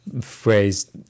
phrase